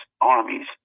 armies